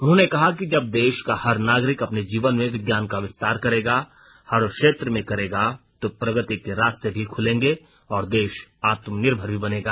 उन्होंने कहा कि जब देश का हर नागरिक अपने जीवन में विज्ञान का विस्तार करेगा हर क्षेत्र में करेगा तो प्रगति के रास्ते भी खुलेंगे और देश आत्मनिर्भर भी बनेगा